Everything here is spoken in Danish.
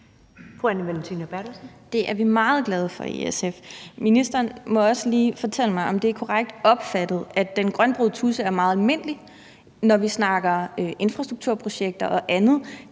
Det er vi meget glade for i SF. Ministeren må også lige fortælle mig, om det er korrekt opfattet, at den grønbrogede tudse er meget almindelig, når vi snakker infrastrukturprojekter og andet.